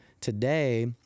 today